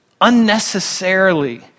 unnecessarily